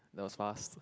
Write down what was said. that was fast